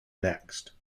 next